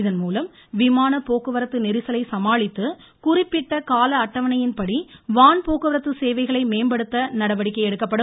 இதன்மூலம் விமானப் போக்குவரத்து நெரிசலை சமாளித்து குறிப்பிட்ட கால அட்டவணையின் படி வான் போக்குவரத்து சேவைகளை மேம்படுத்த நடவடிக்கை எடுக்கப்படும்